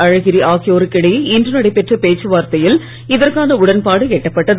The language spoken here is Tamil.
அழகிரி ஆகியோருக்கு இடையே இன்று நடைபெற்ற பேச்சு வார்த்தையில் இதற்கான உடன்பாடு எட்டப்பட்டது